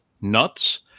Nuts